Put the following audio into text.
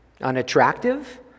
Unattractive